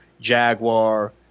Jaguar